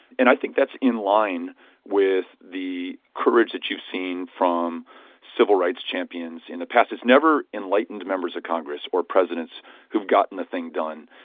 and i think that's in line with the courage that you've seen from civil rights champions in the past. it's never enlightened members of congress or presidents who've gotten the thing done.